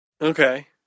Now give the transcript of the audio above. okay